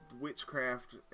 witchcraft